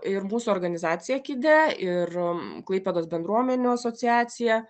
ir mūsų organizacija kide ir klaipėdos bendruomenių asociacija